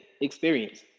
experience